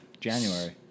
January